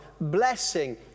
blessing